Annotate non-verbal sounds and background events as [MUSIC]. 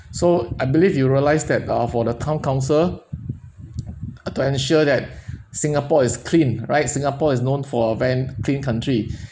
so I believe you realise that uh for the town council [NOISE] have to ensure that singapore is clean alright singapore is known for a very clean country